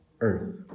earth